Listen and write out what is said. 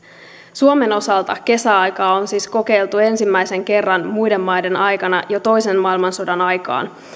suomen osalta kesäaikaa on siis kokeiltu ensimmäisen kerran muiden maiden mukana jo toisen maailmansodan aikaan